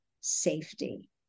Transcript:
safety